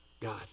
God